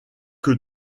que